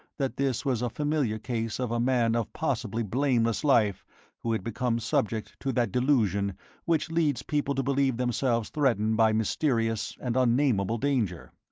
that this was a familiar case of a man of possibly blameless life who had become subject to that delusion which leads people to believe themselves threatened by mysterious and unnameable danger.